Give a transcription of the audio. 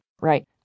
Right